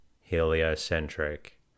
heliocentric